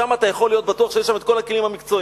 שם אתה יכול להיות בטוח שיש כל הכלים המקצועיים.